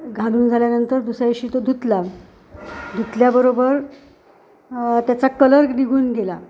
घालून झाल्यानंतर दुसऱ्या दिवशी तो धुतला धुतल्याबरोबर त्याचा कलर निघून गेला